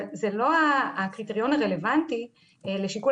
אבל זה לא הקריטריון הרלוונטי לשיקול